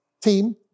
team